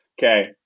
okay